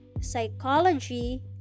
psychology